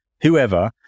whoever